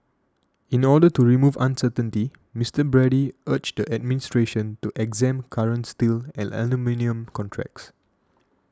in order to remove uncertainty Mister Brady urged the administration to exempt current steel and aluminium contracts